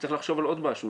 צריך לחשוב על עוד משהו,